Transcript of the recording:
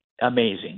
amazing